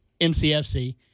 MCFC